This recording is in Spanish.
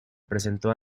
presentó